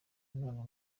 none